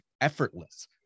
effortless